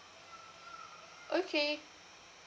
okay